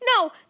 no